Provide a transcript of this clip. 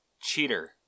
Cheater